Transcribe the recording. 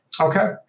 Okay